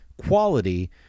quality